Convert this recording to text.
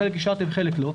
חלק אישרתם וחלק לא.